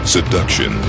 Seduction